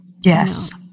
Yes